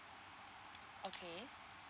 okay